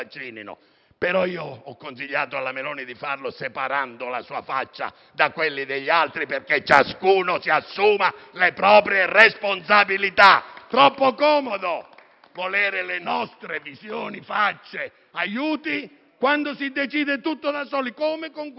però ho consigliato alla Meloni di farlo separando la sua faccia da quella degli altri perché ciascuno si assuma le proprie responsabilità. È troppo comodo volere le nostre facce, il nostro aiuto quando si decide tutto da soli, come con questa